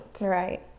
Right